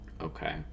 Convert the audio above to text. okay